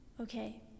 Okay